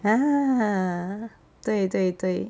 ah 对对对